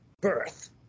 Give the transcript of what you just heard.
birth